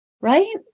Right